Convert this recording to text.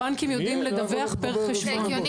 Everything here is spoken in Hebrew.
הבנקים יודעים לדווח פר חשבון.